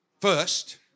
first